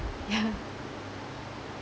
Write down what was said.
yeah